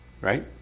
right